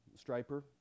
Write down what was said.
striper